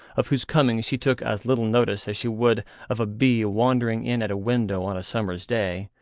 of whose coming she took as little notice as she would of a bee wandering in at a window on a summer's day,